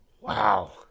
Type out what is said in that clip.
Wow